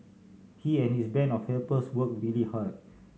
he and his band of helpers worked really hard